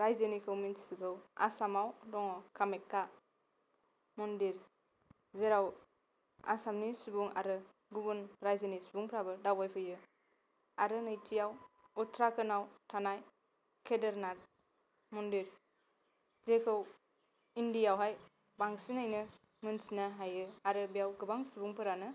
राइजोनिखौ मोन्थिजबो आसामाव दङ कामाख्या मन्दिर जेराव आसामनि सुबुं आरो गुबुन राइजोनि सुबुंफ्राबो दावबायफैयो आरो नैथियाव उत्तराखाण्डआव थानाय केदारनाथ मन्दिर जेखौ इण्डिया आवहाय बांसिनैनो मोन्थिनो हायो आरो बेयाव गोबां सुबुंफोरानो